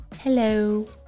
Hello